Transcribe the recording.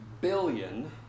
billion